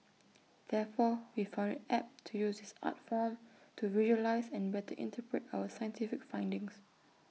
therefore we found IT apt to use this art form to visualise and better interpret our scientific findings